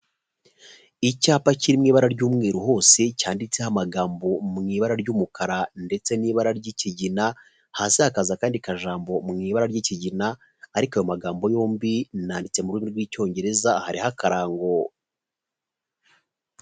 Icyapa kiri mu ibara ry'umweru hose cyanditseho amagambo mu ibara ry'umukara ndetse n'ibara ry'ikigina, hasi hakaza akandi kajambo mu ibara ry'ikigina ariko ayo magambo yombi ananditse mu rurimi rw'icyongereza hariho akarango.